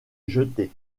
jeté